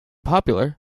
popular